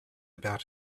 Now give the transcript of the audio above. about